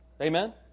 Amen